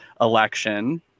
election